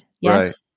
Yes